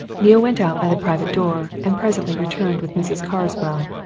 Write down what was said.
neale went out by the private door, and presently returned with mrs. carswell.